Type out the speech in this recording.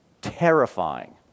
terrifying